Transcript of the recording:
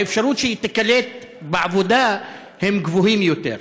האפשרות שהיא תיקלט בעבודה טובה יותר.